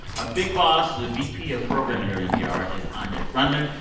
our big boss, the vp of programming here at npr, is anya grundmann.